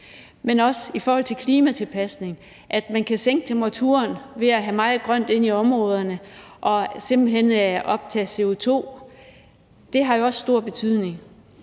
er også i forhold til klimatilpasning. Man kan sænke temperaturen ved at have meget grønt i områderne, som kan optage CO2. Det har også stor betydning.